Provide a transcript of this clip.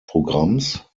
programms